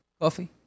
Coffee